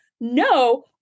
No